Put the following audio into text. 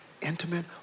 intimate